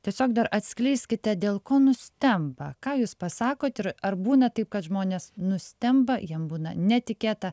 tiesiog dar atskleiskite dėl ko nustemba ką jūs pasakot ir ar būna taip kad žmonės nustemba jiem būna netikėta